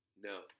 No